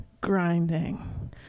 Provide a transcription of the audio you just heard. grinding